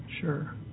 Sure